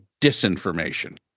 disinformation